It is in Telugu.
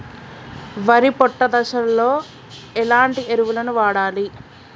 వరి పొట్ట దశలో ఎలాంటి ఎరువును వాడాలి?